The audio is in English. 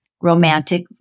romantic